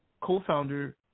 co-founder